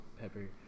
Pepper